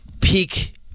peak